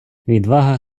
відвага